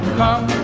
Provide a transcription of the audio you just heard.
come